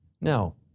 Now